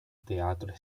teatro